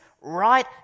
right